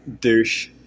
douche